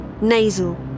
nasal